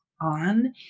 on